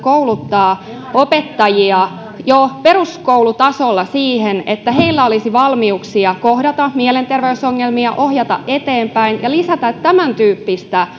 kouluttaa opettajia jo peruskoulutasolla siihen että heillä olisi valmiuksia kohdata mielenterveysongelmia ohjata eteenpäin ja lisätä tämäntyyppistä